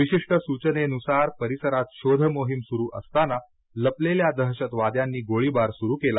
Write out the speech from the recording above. विशिष्ट सूचनेनुसार परिसरात शोध मोहीम सुरू असतांना लपलेल्या दहशतवाद्यांनी गोळीबार सुरू केला